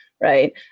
right